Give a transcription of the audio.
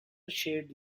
shade